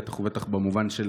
בטח ובטח במובן של